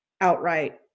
outright